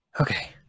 Okay